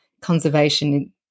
conservation